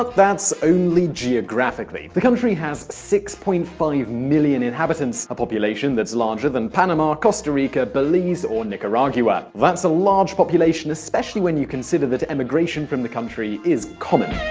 but that's only geographically. the country has six point five million inhabitants, a population that's larger than panama, costa rica, belize or nicaragua. that's a large population, especially when you consider that emigration from the country is common.